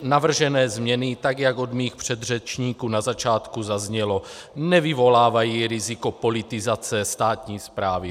Navržené změny, jak od mých předřečníků na začátku zaznělo, nevyvolávají riziko politizace státní správy.